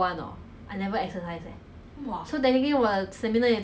guang yang lah and then back then guang yang netball was like trash ah